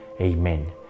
Amen